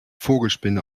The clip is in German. vogelspinne